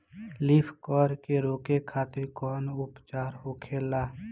Leaf curl के रोके खातिर कउन उपचार होखेला?